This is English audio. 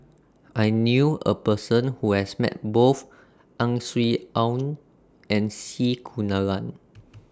I knew A Person Who has Met Both Ang Swee Aun and C Kunalan